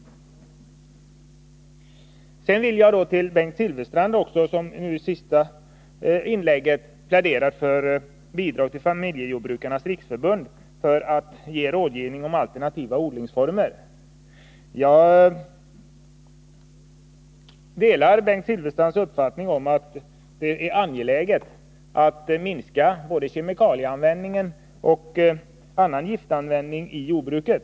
Jag vill till Bengt Silfverstrand, som i sitt sista inlägg pläderar för bidrag till Familjejordbrukarnas riksförbund för rådgivning om alternativa odlingsformer, säga att jag delar hans uppfattning att det är angeläget att minska både kemikalieanvändningen och annan giftanvändning i jordbruket.